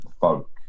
folk